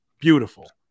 Beautiful